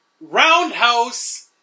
Roundhouse